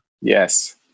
Yes